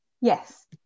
Yes